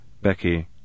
Becky